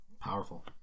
Powerful